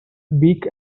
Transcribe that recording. weak